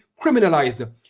criminalized